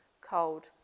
cold